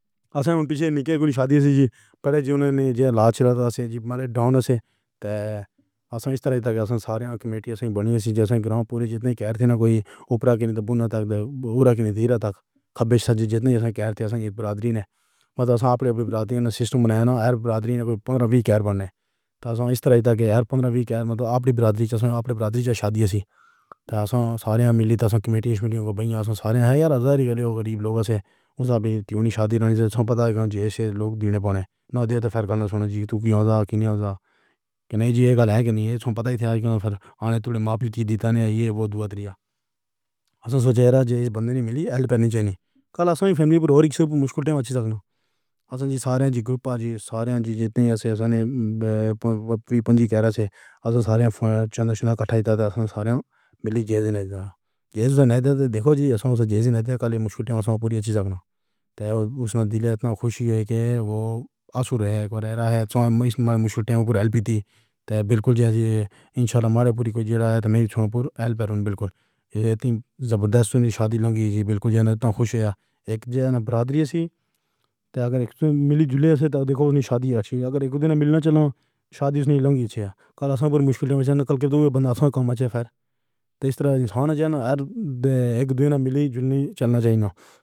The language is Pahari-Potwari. ایسں پِچھے نِکّے کوئی شادی ہے جی، پہلے زندگی میں لچّ لُطف اَستی جی، ہمارے ڈون سے۔ تے اَصلی ترجیح تک اِس ساریاں کمیٹیاں بَنی ہے جیسے گرام پنچ جِس نے کہا تھا نا کوئی اَپرادی تو بُوندہ تک کے نتیجے تک کھپّیس جِتنے کہہ رہے تھے، اَصلیے بَراتی ہے نا۔ میں تو آپ اپنے سسٹم بَنایا ہے نا۔ ہر بَراتی نے کوئی کہر بنے۔ تو اِس طرح سے ہر پندرا وی آپ بھرتری چشمہ اپنے بھرتری شادی سے تو سارے ملی تو کمیٹی کو سارے یار ہزار روپے وغیرہ قریب لوگوں سے گُزرتی ہونی چاہیے۔ جیسے لوگ دُوراں پانی نہ دِیا تو پھر کھانا سُن جی تُو کیوں ایسا کیوں نہیں ہوتا؟ کَنہیا، یہ بات ہے کہ نہیں، پتا ہی نہیں پھر آہنے توڑے ماپ دِئے دانے یہ وہ دُعا طَری ہے اَصل سوچے دا جہ بندے نی مِلی ہیلپ چاہیے۔ کل ایسں فیملی پَر اور مُشکِل ٹائم میں۔ ایسں جے سارے گروپ جی سارے جِتنے ایسں ایسں نے پَن٘جی کہہ رہے تھے۔ اِس سارے چندہ شُدھ اکٹھّا کر کے۔ سارے ملی جیسے نہ جائے تو دیکھو جی اِس جیسے نہ دیکھو مُشکِل وقت پوری اچھی سَنگنا۔ اُس میں اِتنی خوشی ہے کہ وہ آنسو رہے ہیں۔ ایک بار ایسا ہے کہ مُشکِل ٹائم ہے۔ ایلبی تھی تو بالکل جیسے اِن شاء اللہ ہمارے پوری چیزیں ہیں تو نہیں بالکل۔ اِتنی زبردست شادی لگی تھی۔ بالکل خوش ہے ایک جَن برادری سی۔ اگر ملی جُلی سے تو دیکھو شادی اگر ایک دِن مِلنا چلو۔ شادی نہیں لگی ہے۔ کل ہم بہت مُشکِل میں چَل کر تو بندہ ہاسے میں کم آ جائے۔ پھر تو اِس طرح کے سوالوں کے جواب دینے میں ملی دلیل چلنی چاہیے۔